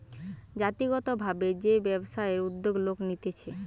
জাতিগত ভাবে যে ব্যবসায়ের উদ্যোগ লোক নিতেছে